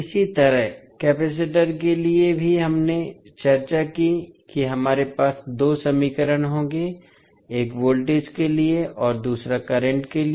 इसी तरह केपैसिटर के लिए भी हमने चर्चा की कि हमारे पास दो समीकरण होंगे एक वोल्टेज के लिए और दूसरा करंट के लिए